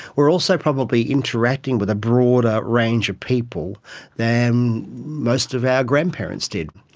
we are also probably interacting with a broader range of people than most of our grandparents did.